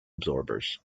absorbers